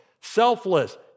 Selfless